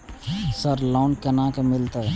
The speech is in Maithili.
सर लोन केना मिलते?